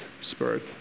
spirit